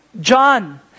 John